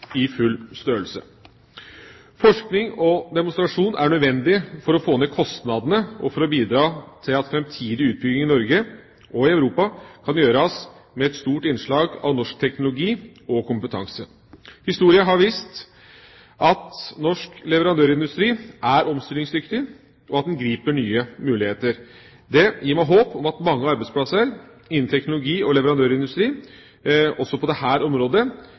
i full størrelse. Forskning og demonstrasjon er nødvendig for å få ned kostnadene og for å bidra til at framtidig utbygging i Norge og i Europa kan gjøres med et stort innslag av norsk teknologi og kompetanse. Historien har vist at norsk leverandørindustri er omstillingsdyktig og at den griper nye muligheter. Det gir meg håp om at mange arbeidsplasser innen teknologi og leverandørindustri også på dette området